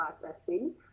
processing